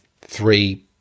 three